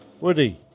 Woody